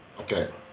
Okay